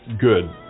good